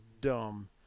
dumb